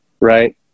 Right